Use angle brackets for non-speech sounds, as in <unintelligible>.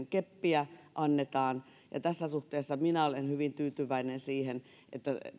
<unintelligible> keppiä annetaan ja tässä suhteessa minä olen hyvin tyytyväinen siihen että